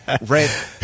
right